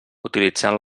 utilitzant